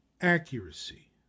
accuracy